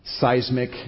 seismic